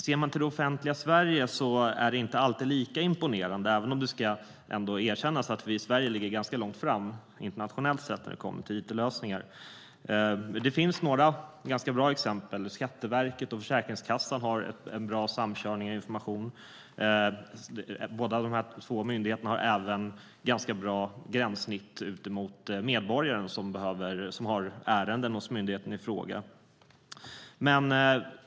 I det offentliga Sverige är det inte alltid lika imponerande, även om det ändå ska erkännas att vi i Sverige ligger långt framme internationellt sett för it-lösningar. Det finns några bra exempel. Skatteverket och Försäkringskassan har en bra samkörning av information. Båda myndigheterna har även bra gränssnitt ut mot medborgaren som har ärenden hos myndigheten i fråga.